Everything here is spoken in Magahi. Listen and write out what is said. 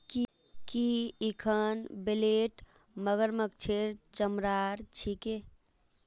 की इखन बेल्ट मगरमच्छेर चमरार छिके